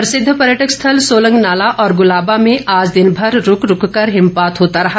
प्रसिद्ध पर्यटक स्थल सोलंग नाला और गुलाबा में आज दिनभर रूक रूक कर हिमपात होता रहा